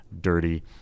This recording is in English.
dirty